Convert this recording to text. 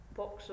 box